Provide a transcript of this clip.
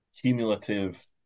cumulative